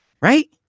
right